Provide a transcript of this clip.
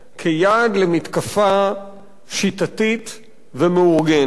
כיעד למתקפה שיטתית ומאורגנת,